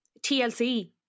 TLC